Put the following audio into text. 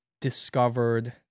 discovered